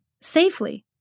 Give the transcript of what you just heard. safely